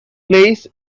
plays